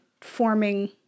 forming